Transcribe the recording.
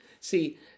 See